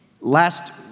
Last